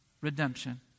Redemption